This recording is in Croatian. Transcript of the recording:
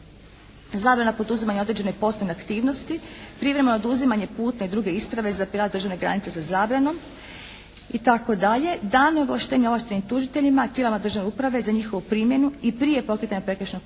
zabrana poduzimanja određene poslovne aktivnosti, privremeno oduzimanje putne i druge isprave za prijelaz državne granice sa zabranom itd., dana ovlaštenja ovlaštenim tužiteljima, tijelima državne uprave za njihovu primjenu i prije pokretanja prekršajnog postupka